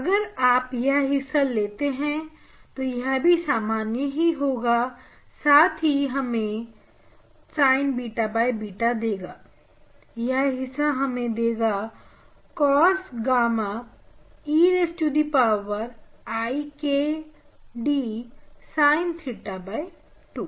अगर आप यह हिस्सा लेते हैं तो यह भी सामान्य होगा साथ ही यह हमें Sinββ देगा यह हिस्सा हमें देगा cos gamma e to the power i K d sin theta 2